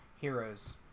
heroes